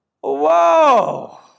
whoa